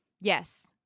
Yes